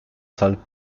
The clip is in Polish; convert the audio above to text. sal